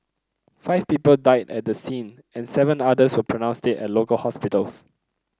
five people died at the scene and seven others were pronounced dead at local hospitals